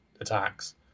attacks